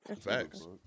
facts